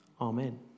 Amen